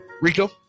Rico